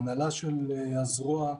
אנשים לא עובדים ולא מסוגלים למצוא עבודה,